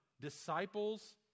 disciples